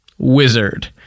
Wizard